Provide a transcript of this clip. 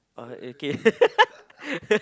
oh okay